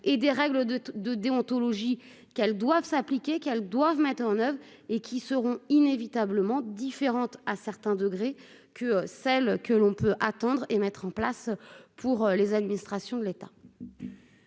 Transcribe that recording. et des règles de déontologie qu'elles doivent s'appliquer qu'elles doivent mettre en oeuvre et qui seront inévitablement différente à certains degrés que celle que l'on peut attendre et mettre en place pour les administrations de l'État.